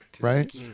right